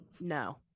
No